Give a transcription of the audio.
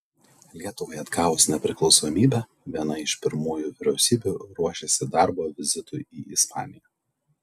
lietuvai atgavus nepriklausomybę viena iš pirmųjų vyriausybių ruošėsi darbo vizitui į ispaniją